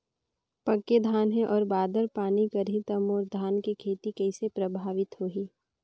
पके धान हे अउ बादर पानी करही त मोर धान के खेती कइसे प्रभावित होही?